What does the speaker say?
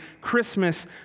Christmas